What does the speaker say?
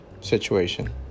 situation